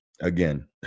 Again